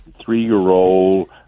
three-year-old